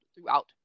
throughout